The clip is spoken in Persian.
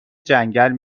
جنگل